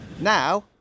Now